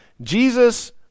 Jesus